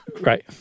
Right